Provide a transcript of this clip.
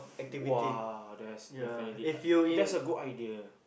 !wah! that's definitely I that's a good idea